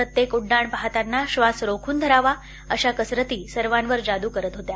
प्रत्येक उड्डाण पाहताना श्वास रोखून धरावं अशा कसरती सर्वांवर जादू करत होत्या